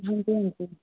ਹਾਂਜੀ ਹਾਂਜੀ